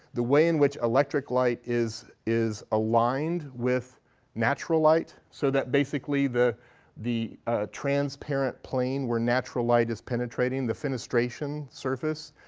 the way in which electric light is is aligned with natural light. so that basically the the transparent plane where natural light is penetrating, the fenestration surface,